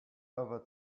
ever